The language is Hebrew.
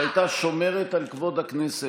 שהייתה שומרת על כבוד הכנסת,